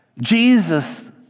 Jesus